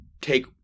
take